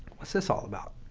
what's this all about?